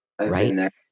Right